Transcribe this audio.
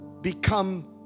become